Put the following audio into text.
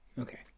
Okay